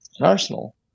Arsenal